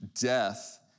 death